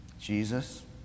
Jesus